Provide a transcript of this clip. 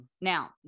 Now